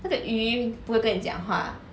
他的鱼不会跟你讲话